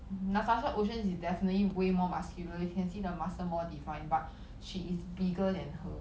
Natasha Oceans is definitely way more muscular you can see the muscle more defined but she is bigger than her